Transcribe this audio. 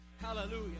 Hallelujah